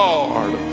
Lord